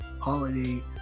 holiday